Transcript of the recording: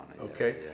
Okay